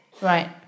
Right